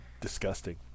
Disgusting